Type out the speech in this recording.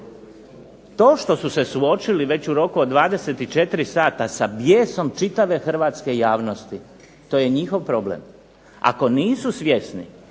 To što su se suočili već u roku od 24 sata sa bijesom čitave hrvatske javnosti to je njihov problem. Ako nisu svjesni